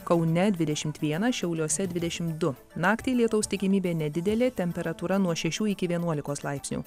kaune dvidešimt vienas šiauliuose dvidešimt du naktį lietaus tikimybė nedidelė temperatūra nuo šešių iki vienuolikos laipsnių